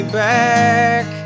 back